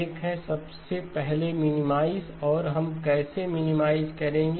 एक है सबसे पहले मिनिमाइज और हम कैसे मिनिमाइज करेंगे